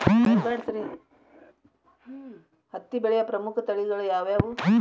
ಹತ್ತಿ ಬೆಳೆಯ ಪ್ರಮುಖ ತಳಿಗಳು ಯಾವ್ಯಾವು?